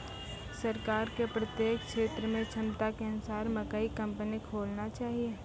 सरकार के प्रत्येक क्षेत्र मे क्षमता के अनुसार मकई कंपनी खोलना चाहिए?